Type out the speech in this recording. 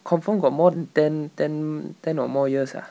confirm got more than ten ten ten or more years ah